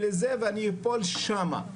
ולזה ואני אפול שמה.